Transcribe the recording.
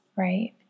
Right